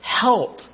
Help